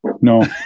No